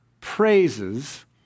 praises